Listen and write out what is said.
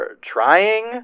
trying